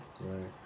Right